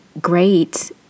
great